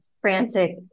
frantic